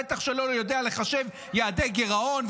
בטח שלא יודע לחשב יעדי גירעון,